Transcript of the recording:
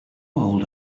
old